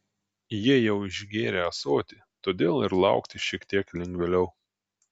jie jau išgėrę ąsotį todėl ir laukti šiek tiek lengvėliau